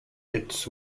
its